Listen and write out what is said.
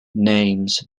names